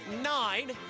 nine